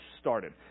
started